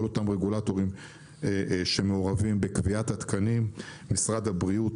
כל אותם רגולטורים שמעורבים בקביעת התקנים: משרד הבריאות,